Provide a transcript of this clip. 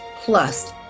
plus